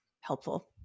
helpful